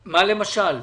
למשל?